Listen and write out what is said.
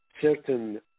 certain